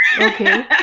Okay